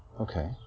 Okay